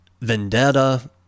Vendetta